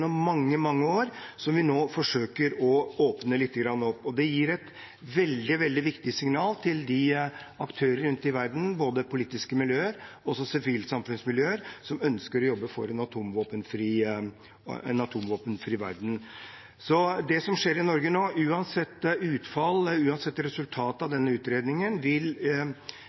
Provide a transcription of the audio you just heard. mange, mange år som vi nå forsøker å åpne litt opp. Det gir et veldig viktig signal til de aktører rundt i verden, både politiske miljøer og sivilsamfunnsmiljøer, som ønsker å jobbe for en atomvåpenfri verden. Så det som skjer i Norge nå, uansett utfall, uansett resultatet av denne utredningen, vil